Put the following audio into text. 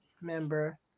member